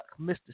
Mr